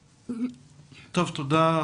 תודה.